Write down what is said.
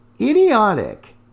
idiotic